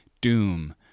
doom